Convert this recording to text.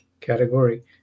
category